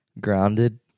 grounded